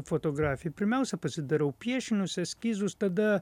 fotografiją pirmiausia pasidarau piešinius eskizus tada